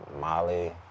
Molly